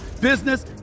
business